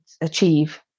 achieve